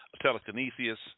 telekinesis